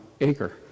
acre